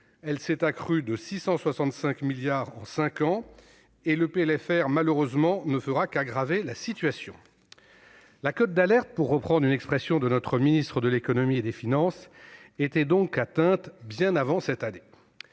Elle s'est accrue de 665 milliards d'euros en cinq ans, et le PLFR, malheureusement, ne fera qu'aggraver la situation. La cote d'alerte, pour reprendre une expression de notre ministre de l'économie et des finances, était donc atteinte bien avant cette année.